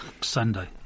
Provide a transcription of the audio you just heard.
Sunday